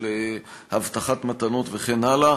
של הבטחת מתנות וכן הלאה.